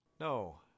No